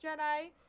Jedi